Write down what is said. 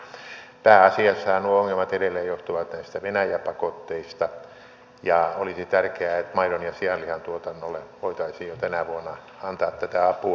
pääasiassahan nuo ongelmat edelleen johtuvat näistä venäjä pakotteista ja olisi tärkeää että maidon ja sianlihan tuotannolle voitaisiin jo tänä vuonna antaa tätä apua